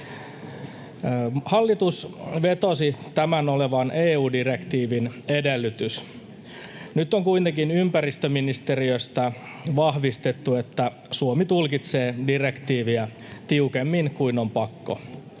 Hallitus vetosi tämän olevan EU-direktiivin edellytys. Nyt on kuitenkin ympäristöministeriöstä vahvistettu, että Suomi tulkitsee direktiiviä tiukemmin kuin on pakko.